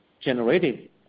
generated